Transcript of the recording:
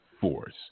force